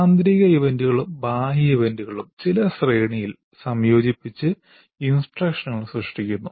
ആന്തരിക ഇവന്റുകളും ബാഹ്യ ഇവന്റുകളും ചില ശ്രേണിയിൽ സംയോജിപ്പിച്ച് ഇൻസ്ട്രക്ഷനുകൾ സൃഷ്ടിക്കുന്നു